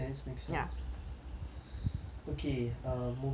okay err moving on hmm வேற என்ன இருக்கு:vera enna iruku